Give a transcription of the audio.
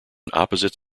opposite